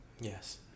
Yes